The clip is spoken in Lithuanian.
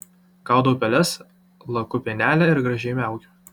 gaudau peles laku pienelį ir gražiai miaukiu